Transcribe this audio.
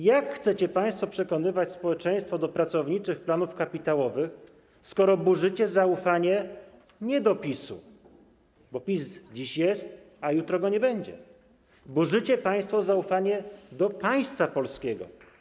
Jak chcecie państwo przekonywać społeczeństwo do pracowniczych planów kapitałowych, skoro burzycie zaufanie, nie do PiS-u, bo PiS dziś jest, a jutro go nie będzie, burzycie państwo zaufanie do państwa polskiego?